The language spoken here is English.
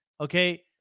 okay